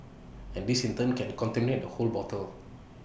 and this in turn can contaminate the whole bottle